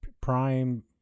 prime